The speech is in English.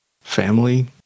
Family